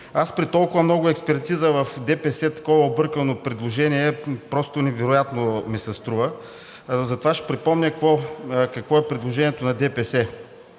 При толкова много експертиза в ДПС такова объркано предложение просто невероятно ми се струва. Затова ще припомня какво е предложението на ДПС.